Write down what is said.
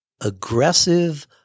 aggressive